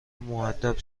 مودب